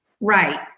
Right